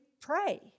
pray